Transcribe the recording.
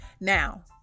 now